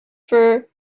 for